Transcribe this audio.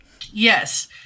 Yes